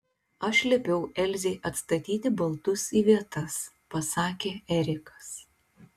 aš liepiau elzei atstatyti baldus į vietas pasakė erikas